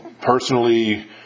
personally